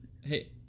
Hey